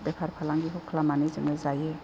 बेफार फालांगिखौ खालामनानै जोङो जायो